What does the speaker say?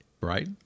Right